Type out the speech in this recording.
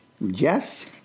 Yes